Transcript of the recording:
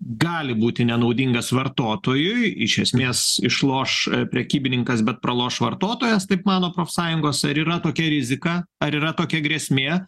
gali būti nenaudingas vartotojui iš esmės išloš prekybininkas bet praloš vartotojas taip mano profsąjungos ar yra tokia rizika ar yra tokia grėsmė